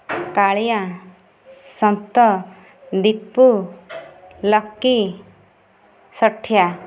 Kalia Santa Dipu Lucky Sathia